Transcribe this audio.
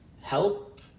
help